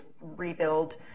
rebuild